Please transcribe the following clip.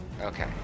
Okay